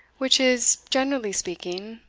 which is, generally speaking,